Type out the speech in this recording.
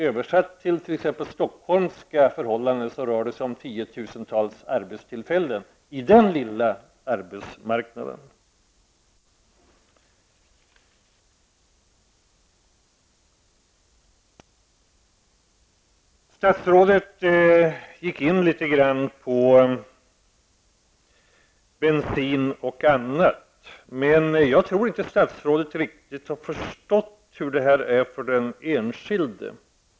Översatt till förhållandena i Stockholm skulle det motsvara tiotusentals arbetstillfällen. Statsrådet gick in litet grand på bensin och annat. Men jag tror inte att statsrådet riktigt har förstått hur detta slår för den enskilde.